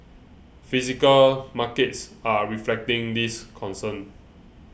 physical markets are reflecting this concern